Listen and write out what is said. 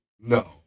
no